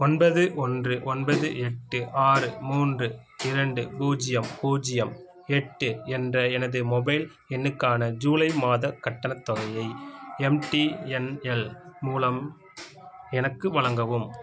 ஒன்பது ஒன்று ஒன்பது எட்டு ஆறு மூன்று இரண்டு பூஜ்ஜியம் பூஜ்ஜியம் எட்டு என்ற எனது மொபைல் எண்ணுக்கான ஜூலை மாதக் கட்டணத் தொகையை எம்டிஎன்எல் மூலம் எனக்கு வழங்கவும்